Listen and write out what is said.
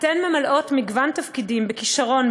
אתן ממלאות מגוון תפקידים בכישרון,